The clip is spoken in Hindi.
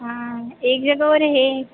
हाँ एक जगह और है